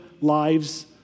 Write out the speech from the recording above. lives